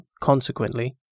consequently